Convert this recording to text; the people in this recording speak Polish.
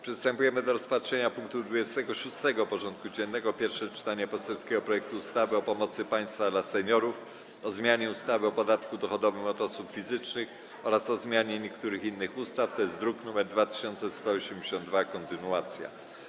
Przystępujemy do rozpatrzenia punktu 26. porządku dziennego: Pierwsze czytanie poselskiego projektu ustawy o pomocy państwa dla seniorów, o zmianie ustawy o podatku dochodowym od osób fizycznych oraz o zmianie niektórych innych ustaw (druk nr 2182) - kontynuacja.